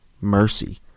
mercy